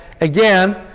again